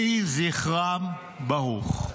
יהי זכרם ברוך.